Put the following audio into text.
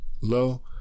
low